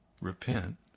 repent